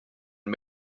and